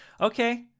okay